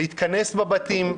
להתכנס בבתים,